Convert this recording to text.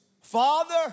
Father